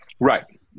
Right